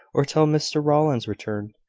or till mr rowland's return.